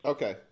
Okay